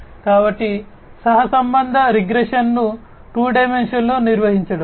కాబట్టి సహసంబంధ రిగ్రెషన్ను 2 డైమెన్షన్లో నిర్వహించడం